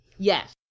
Yes